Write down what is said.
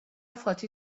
فاطی